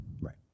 Right